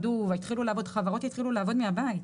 חברות התחילו לעבוד מהבית.